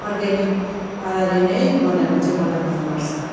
organic पाराले नै बनाएको चाहिँ मलाई मनपर्छ